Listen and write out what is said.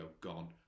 gone